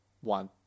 one